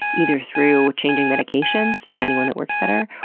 either through changing medications, finding one that works better,